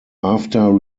after